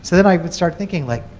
so then i would start thinking like